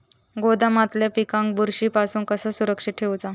गोदामातल्या पिकाक बुरशी पासून कसा सुरक्षित ठेऊचा?